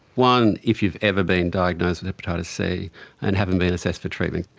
one, if you've ever been diagnosed with hepatitis c and haven't been assessed for treatment.